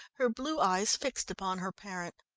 her blue eyes fixed upon her parent.